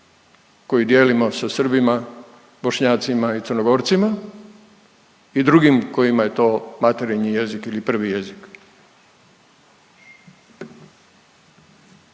koju dijelimo sa Srbima, Bošnjacima i Crnogorcima i drugim kojima je to materinji jezik ili prvi jezik.